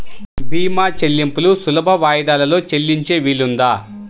భీమా చెల్లింపులు సులభ వాయిదాలలో చెల్లించే వీలుందా?